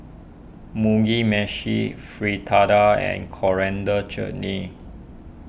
Mugi Meshi Fritada and Coriander Chutney